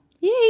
Yay